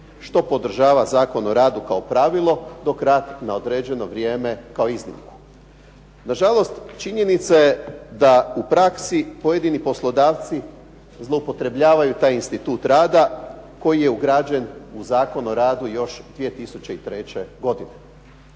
što podržava Zakon o radu kao pravilo, dok rad na određeno vrijeme kao istina. Nažalost, činjenica je da u praksi pojedini poslodavci zloupotrebljavaju taj institut rada koji je ugrađen u Zakon o radu još 2003. godine.